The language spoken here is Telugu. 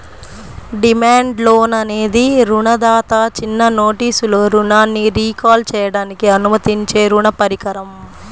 డిమాండ్ లోన్ అనేది రుణదాత చిన్న నోటీసులో రుణాన్ని రీకాల్ చేయడానికి అనుమతించే రుణ పరికరం